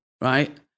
Right